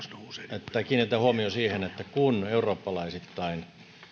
että kiinnitetään huomio siihen että kun eurooppalaisittain